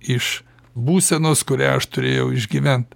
iš būsenos kurią aš turėjau išgyvent